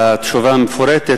על התשובה המפורטת,